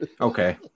Okay